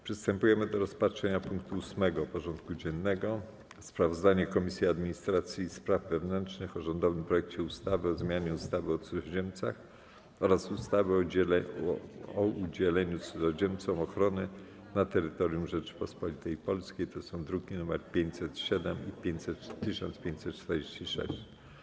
Przystępujemy do rozpatrzenia punktu 8. porządku dziennego: Sprawozdanie Komisji Administracji i Spraw Wewnętrznych o rządowym projekcie ustawy o zmianie ustawy o cudzoziemcach oraz ustawy o udzielaniu cudzoziemcom ochrony na terytorium Rzeczypospolitej Polskiej (druki nr 1507 i 1546)